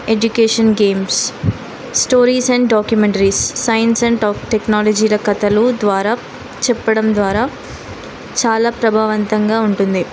education games stories and documentaries science and tech టెక్నాలజీల కథలు ద్వారా చెప్పడం ద్వారా చాలా ప్రభావవంతంగా ఉంటుంది